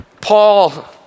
paul